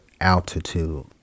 altitude